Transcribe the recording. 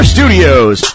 Studios